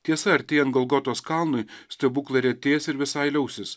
tiesa artėjant golgotos kalnui stebuklai retės ir visai liausis